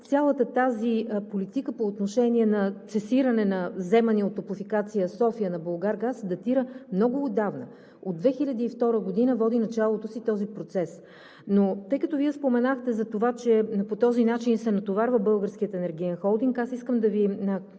цялата тази политика по отношение на цесиране на вземания от „Топлофикация София“ на „Булгаргаз“ датира много отдавна – от 2002 г. води началото си този процес. Но тъй като Вие споменахте за това, че по този начин се натоварва Българският енергиен холдинг, аз искам да Ви кажа